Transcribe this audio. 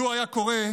לו היה קורה,